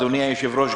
אדוני היושב-ראש,